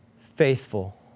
faithful